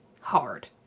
hard